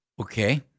Okay